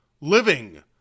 living